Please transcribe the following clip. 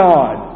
God